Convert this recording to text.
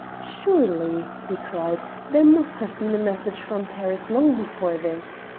surely, he cried, there must have been a message from paris long before this!